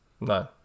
No